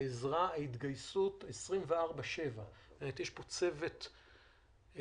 העזרה ההתגייסות 24/7. יש פה צוות מופלא,